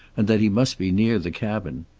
and that he must be near the cabin.